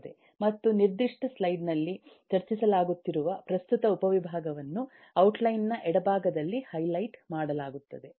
ಮತ್ತು ನಿರ್ದಿಷ್ಟ ಸ್ಲೈಡ್ನಲ್ಲಿ ಚರ್ಚಿಸಲಾಗುತ್ತಿರುವ ಪ್ರಸ್ತುತ ಉಪವಿಭಾಗವನ್ನು ಔಟ್ಲೈನ್ ನ ಎಡಭಾಗದಲ್ಲಿ ಹೈಲೈಟ್ ಮಾಡಲಾಗುತ್ತದೆ